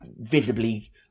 visibly